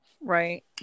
Right